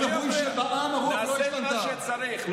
אנחנו רואים שבעם הרוח לא השתנתה.